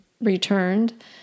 returned